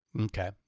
Okay